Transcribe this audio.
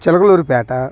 Chilakaluripet